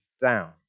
down